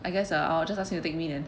I guess I'll I'll just as him take me then